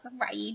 right